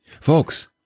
Folks